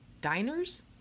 Diners